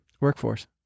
workforce